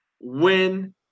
win